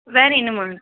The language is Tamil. வேறு என்னம்மா